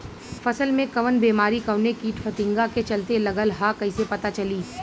फसल में कवन बेमारी कवने कीट फतिंगा के चलते लगल ह कइसे पता चली?